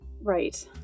right